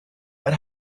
but